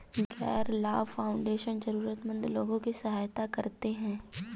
गैर लाभ फाउंडेशन जरूरतमन्द लोगों की सहायता करते हैं